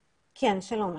שלום.